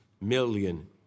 million